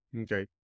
Okay